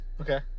Okay